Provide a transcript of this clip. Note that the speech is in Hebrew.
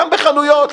גם בחנויות,